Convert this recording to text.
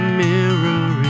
mirror